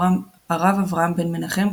הרב אברהם בן מנחם,